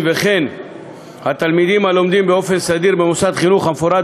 וכן התלמידים הלומדים באופן סדיר במוסד חינוך המפורט